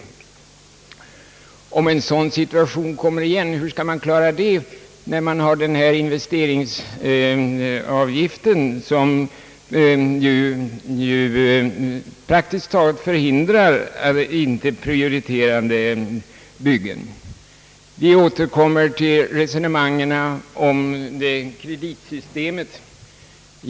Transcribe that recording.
Hur skall man klara en sådan situation om den kommer igen när vi har investeringsavgiften, som praktiskt taget förhindrar icke prioriterade byggen? Jag återkommer till resonemanget om kreditsystemet.